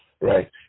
right